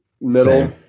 middle